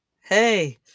hey